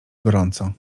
gorąco